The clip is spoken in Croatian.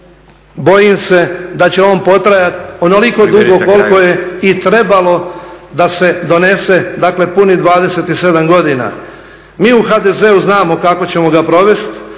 bojim se da će on potrajati onoliko dugo koliko je i trebalo da se donese dakle punih 27 godina. Mi u HDZ-u znamo kako ćemo ga provesti